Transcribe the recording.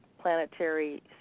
planetary